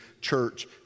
church